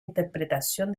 interpretación